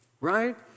right